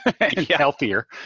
healthier